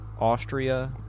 Austria